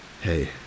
hey